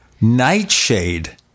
Nightshade